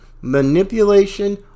manipulation